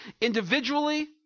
individually